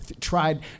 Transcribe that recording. tried